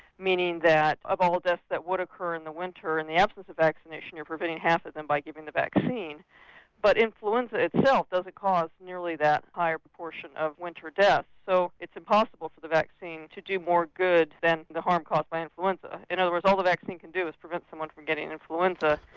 meaning that of all deaths that would occur in the winter in the absence of vaccination you're preventing half of them by giving them the vaccine but influenza itself doesn't cause nearly that entire proportion of winter deaths. so it's impossible for the vaccine to do more good than the harm caused by influenza. in other words all the vaccine can do is prevent someone from getting influenza.